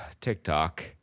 TikTok